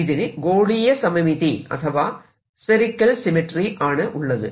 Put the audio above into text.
ഇതിന് ഗോളീയ സമമിതി അഥവാ സ്ഫെറിക്കൽ സിമെട്രി ആണ് ഉള്ളത്